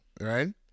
right